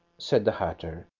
said the hatter,